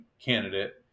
candidate